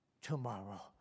tomorrow